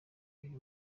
biri